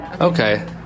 Okay